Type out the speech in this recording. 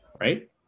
right